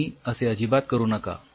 तुम्ही असे अजिबात करू नका